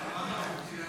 די, אני אתחיל בקריאות.